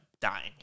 dying